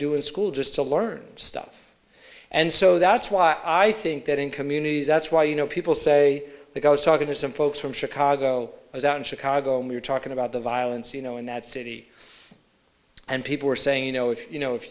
do in school just to learn stuff and so that's why i think that in communities that's why you know people say that i was talking to some folks from chicago was out in chicago and we were talking about the violence you know in that city and people were saying you know if you know if